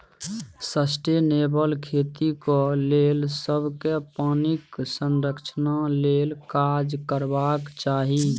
sustainable खेतीक लेल सबकेँ पानिक संरक्षण लेल काज करबाक चाही